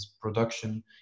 production